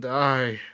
die